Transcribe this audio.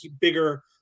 bigger